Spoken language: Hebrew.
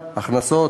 הכנסות,